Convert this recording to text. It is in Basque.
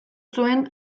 zuen